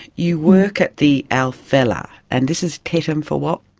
you work at the alfela and this is tetum for what?